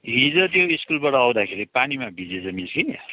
हिजो त्यो स्कुलबाट आउँदाखेरि पानीमा भिजेछ मिस कि